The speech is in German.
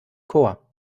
chor